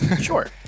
Sure